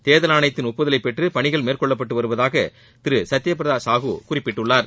தேர்தல் ஆணையத்தின் ஒப்புதலை பெற்று பணிகள் மேற்கொள்ளப்பட்டு வருவதாக திரு சத்தியபிரதா சாஹு குறிப்பிட்டுள்ளார்